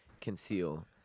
conceal